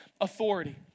authority